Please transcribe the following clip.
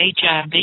HIV